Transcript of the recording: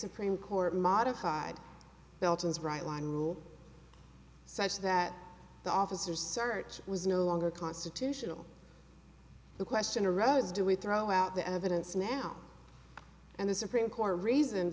supreme court modified belton's bright line rule such that the officer search was no longer constitutional the question arose do we throw out the evidence now and the supreme court reason